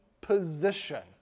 position